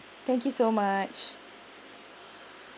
thank you so much